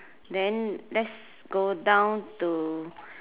then let's go down to